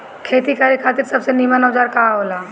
खेती करे खातिर सबसे नीमन औजार का हो ला?